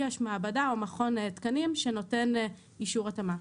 יש מעבדה או מכון התקנים שנותן אישרו התאמה.